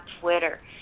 Twitter